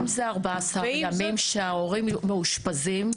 ואם זה 14 ימים שההורים מאושפזים?